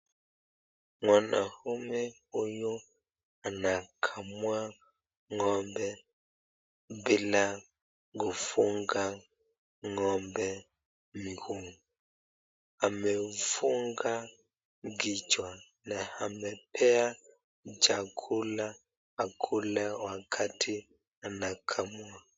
Mwanaume huyu anakamua ng'ombe bila kufunga ng'ombe miguu. Ameufunga kichwa na amepea chakula akule wakati anakamua.